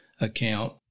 account